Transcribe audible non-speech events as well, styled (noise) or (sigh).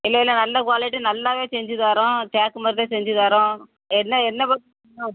இல்லை இல்லை நல்ல குவாலிட்டி நல்லா செஞ்சுத் தாறோம் தேக்கு மரத்தில் செஞ்சுத் தாறோம் என்ன என்ன (unintelligible)